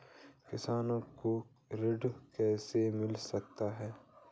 किसानों को ऋण कैसे मिल सकता है?